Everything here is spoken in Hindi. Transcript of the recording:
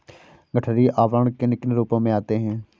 गठरी आवरण किन किन रूपों में आते हैं?